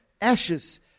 ashes